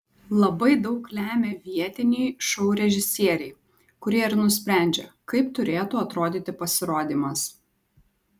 labai daug lemia vietiniai šou režisieriai kurie ir nusprendžia kaip turėtų atrodyti pasirodymas